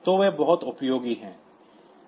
तो वे बहुत उपयोगी हैं